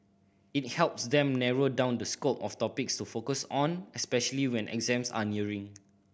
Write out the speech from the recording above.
it helps them narrow down the scope of topics to focus on especially when exams are nearing